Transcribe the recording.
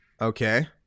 Okay